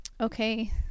Okay